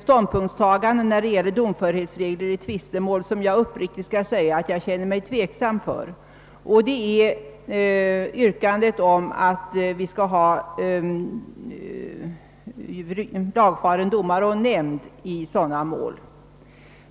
ståndpunktstagande till domförhetsreglerna i tvistemål skall jag uppriktigt säga att jag känner mig mycket tveksam. Det gäller yrkandet att lagfaren domare och nämnd skall döma i alla familjerättsmål.